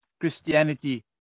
Christianity